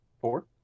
Four